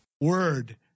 Word